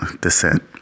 descent